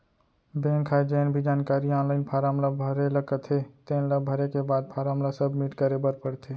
bank ह जेन भी जानकारी आनलाइन फारम ल भरे ल कथे तेन ल भरे के बाद फारम ल सबमिट करे बर परथे